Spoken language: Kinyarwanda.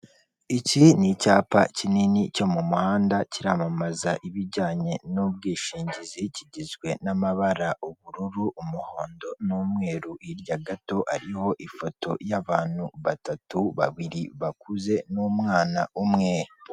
Iki ni icyapa kinini cyo mu muhanda, kiramamaza ibijyanye n'ubwishingizi, kigizwe n'amabara ubururu, umuhondo n'umweru, hirya gato hariho ifoto y'abantu batatu, babiri bakuze n'umwana umwe.